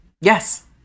Yes